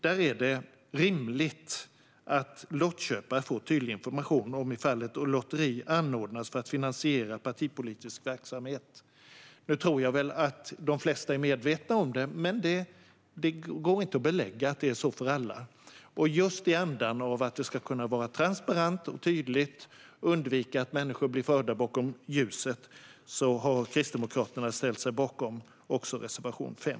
Det är rimligt att lottköpare får tydlig information om ett lotteri anordnas för att finansiera partipolitisk verksamhet. Jag tror att de flesta är medvetna om detta, men det går inte att belägga att det är så för alla. Just i en anda av transparens och tydlighet och för att undvika att människor blir förda bakom ljuset har Kristdemokraterna ställt sig bakom reservation 5.